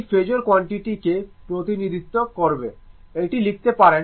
এটি phasor quantity কে প্রতিনিধিত্ব করবে এটি লিখতে পারেন এটি অ্যাঙ্গেল 0o